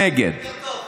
הקואליציה שלכם, יותר טוב?